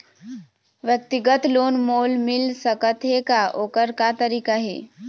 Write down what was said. व्यक्तिगत लोन मोल मिल सकत हे का, ओकर का तरीका हे?